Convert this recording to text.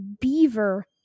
beaver